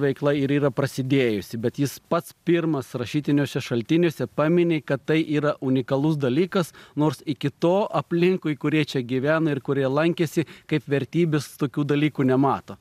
veikla ir yra prasidėjusi bet jis pats pirmas rašytiniuose šaltiniuose pamini kad tai yra unikalus dalykas nors iki to aplinkui kurie čia gyvena ir kurie lankėsi kaip vertybės tokių dalykų nemato